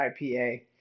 IPA